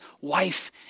wife